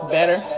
Better